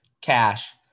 cash